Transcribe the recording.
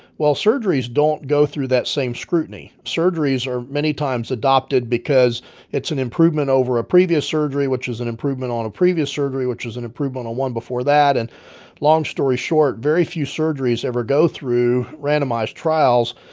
while surgeries don't go through that same scrutiny. surgeries are many times adopted because it's an improvement over a previous surgery, which is an improvement on a previous surgery, which was an improvement on one before that. and long story short, very few surgeries ever go through randomized trials,